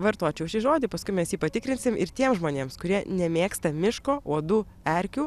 vartočiau šį žodį paskui mes jį patikrinsim ir tiems žmonėms kurie nemėgsta miško uodų erkių